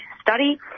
study